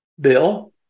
bill